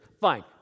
fine